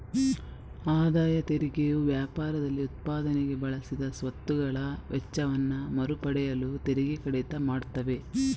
ಆದಾಯ ತೆರಿಗೆಯು ವ್ಯಾಪಾರದಲ್ಲಿ ಉತ್ಪಾದನೆಗೆ ಬಳಸಿದ ಸ್ವತ್ತುಗಳ ವೆಚ್ಚವನ್ನ ಮರು ಪಡೆಯಲು ತೆರಿಗೆ ಕಡಿತ ಮಾಡ್ತವೆ